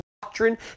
Doctrine